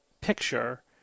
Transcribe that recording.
picture